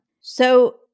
So-